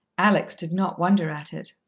alex did not wonder at it.